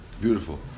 Beautiful